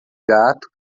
gato